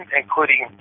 including